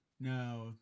No